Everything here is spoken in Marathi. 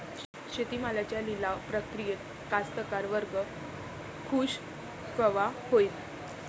शेती मालाच्या लिलाव प्रक्रियेत कास्तकार वर्ग खूष कवा होईन?